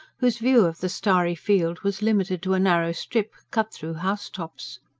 whose view of the starry field was limited to a narrow strip, cut through house-tops.